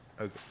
Okay